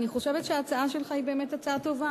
אני חושבת שההצעה שלך היא באמת הצעה טובה,